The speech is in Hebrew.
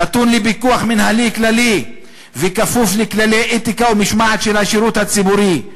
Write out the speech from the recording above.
נתון לפיקוח מינהלי כללי וכפוף לכללי אתיקה ומשמעת של השירות הציבורי.